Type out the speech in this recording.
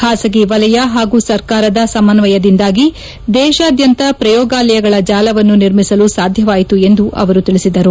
ಖಾಸಗಿ ವೆಲಯ ಹಾಗೂ ಸರ್ಕಾರದ ಸಮನ್ವಯದಿಂದಾಗಿ ದೇಶಾದ್ಯಂತ ಪ್ರಯೋಗಾಲಯಗಳ ಜಾಲವನ್ನು ನಿರ್ಮಿಸಲು ಸಾಧ್ಯವಾಯಿತು ಎಂದು ಅವರು ಹೇಳಿದ್ದಾರೆ